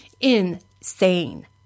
insane